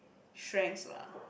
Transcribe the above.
strengths lah